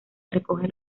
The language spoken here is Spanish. recogen